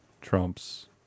Trump's